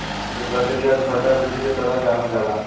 ए प्रक्रिया के दुसरका वृद्धि के तरह जानल जाला